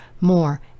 more